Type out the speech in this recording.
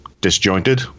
disjointed